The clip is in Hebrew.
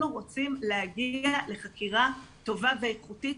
אנחנו רוצים להגיע לחקירה טובה ואיכותית.